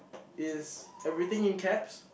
is everything in caps